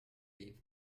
leave